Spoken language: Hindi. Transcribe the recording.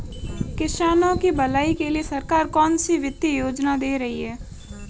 किसानों की भलाई के लिए सरकार कौनसी वित्तीय योजना दे रही है?